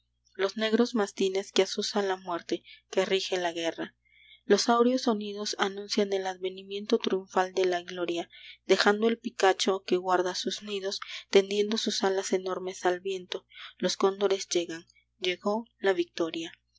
los negros mastines que azuza la muerte que rige la guerra los áureos sonidos anuncian el advenimiento triunfal de la gloria dejando el picacho que guarda sus nidos tendiendo sus alas enormes al viento los cóndores llegan llegó la victoria